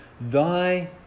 Thy